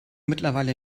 mittlerweile